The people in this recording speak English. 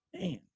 Man